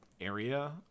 area